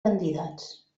candidats